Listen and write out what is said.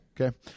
okay